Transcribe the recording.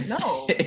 No